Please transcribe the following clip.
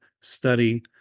study